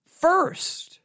first